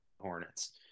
hornets